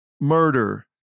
murder